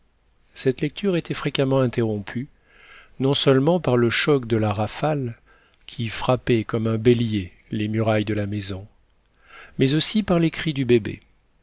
cette lecture était fréquemment interrompue non seulement par le choc de la rafale qui frappait comme un bélier les murailles de la maison mais aussi par les cris du bébé